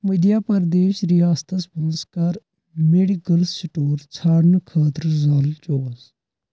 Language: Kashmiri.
مٔدھیہ پردیش ریاستس منٛز کر میڈِکٕل سٹور ژھانٛڑنہٕ خٲطرٕ ضالعہٕ چوس